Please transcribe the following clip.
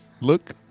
Look